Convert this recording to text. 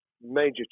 major